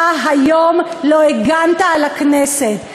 אתה היום לא הגנת על הכנסת.